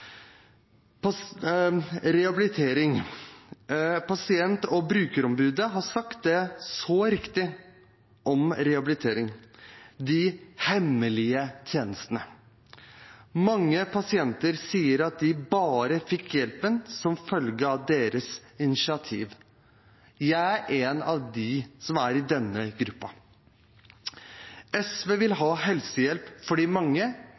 Pasient- og brukerombudet har sagt det så riktig om rehabilitering: «De hemmelige tjenestene». Mange pasienter sier at de bare fikk hjelpen som følge av eget initiativ. Jeg er en av dem som er i denne gruppen. SV vil ha helsehjelp for de mange,